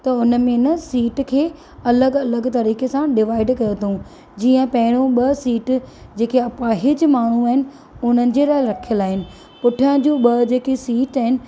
त उन में न सीट खे अलॻि अलॻि तरीक़े सां डिवाइड कयो अथऊं जीअं पहिरियूं ॿ सीट जेके अपाहिज माण्हू आहिनि उन्हनि जे लाइ रखियल आहिनि पुठियां जूं ॿ जेकी सीट आहिनि